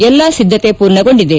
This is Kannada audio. ಎಲ್ಲ ಸಿದ್ದತೆ ಪೂರ್ಣಗೊಂಡಿದೆ